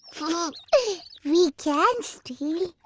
but we can steal.